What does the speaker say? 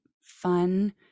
fun